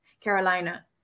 Carolina